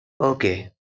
Okay